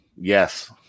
Yes